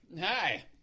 hi